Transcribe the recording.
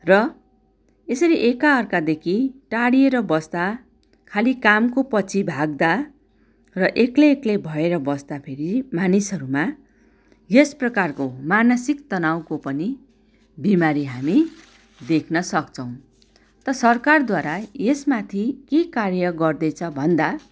र यसरी एकाअर्कादेखि टाढिएर बस्दा खाली कामको पछि भाग्दा र एक्लै एक्लै भएर बस्दा फेरि मानिसहरूमा यस प्रकारको मानसिक तनाउको पनि बिमारी हामी देख्न सक्छौँ त सरकारद्वारा यसमाथि के कार्य गर्दैछ भन्दा